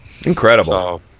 Incredible